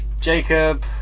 Jacob